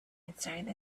inside